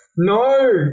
No